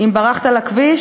אם ברחת לכביש,